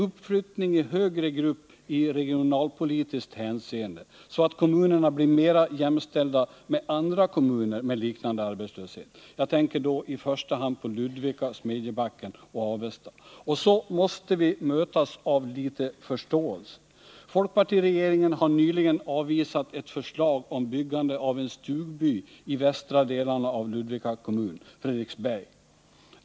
Uppflyttning i högre grupp i regionalpolitiskt hänseende, så att kommunerna blir mera jämställda med andra kommuner med liknande arbetslöshet. Jag tänker då i första hand på Ludvika/Smedjebacken och Avesta. Så måste vi mötas av litet förståelse. Folkpartiregeringen har nyligen avvisat ett förslag om byggande av en stugby i västra delarna av Ludvika kommun, i Fredriksberg.